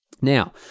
Now